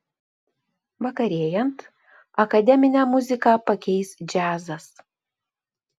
vakarėjant akademinę muziką pakeis džiazas